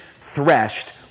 threshed